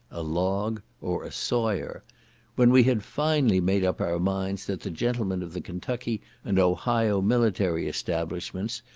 a log or a sawyer when we had finally made up our minds that the gentlemen of the kentucky and ohio military establishments,